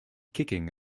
kicking